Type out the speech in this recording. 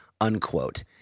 unquote